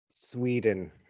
Sweden